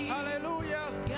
Hallelujah